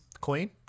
Queen